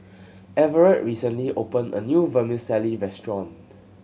Everet recently opened a new Vermicelli restaurant